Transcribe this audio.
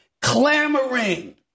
Clamoring